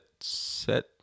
set